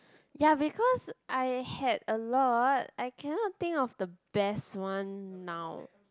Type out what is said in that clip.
ya because I had a lot I cannot think of the best one now